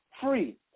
free